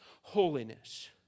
holiness